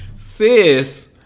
sis